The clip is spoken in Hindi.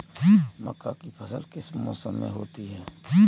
मक्का की फसल किस मौसम में होती है?